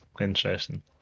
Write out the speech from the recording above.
Interesting